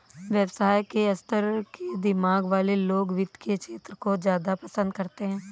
व्यवसाय के स्तर के दिमाग वाले लोग वित्त के क्षेत्र को ज्यादा पसन्द करते हैं